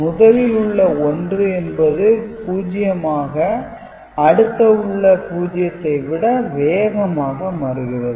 முதலில் உள்ள 1 என்பது 0 ஆக அடுத்த உள்ள 0 ஐ விட வேகமாக மாறுகிறது